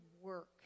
work